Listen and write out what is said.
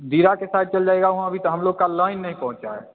दियरा के साइड चले जाइएगा वहाँ अभी तो हम लोग का लाइन नहीं पहुँचा है